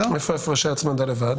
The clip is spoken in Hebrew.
איפה הפרשי הצמדה לבד?